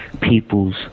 people's